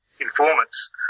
informants